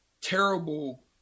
terrible –